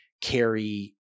carry